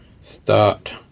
start